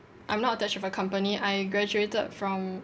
I'm not attached with a company I graduated from